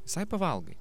visai pavalgai